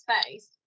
space